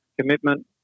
commitment